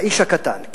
לאיש הקטן,